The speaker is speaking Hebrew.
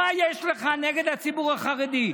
מה יש לך נגד הציבור החרדי?